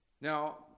Now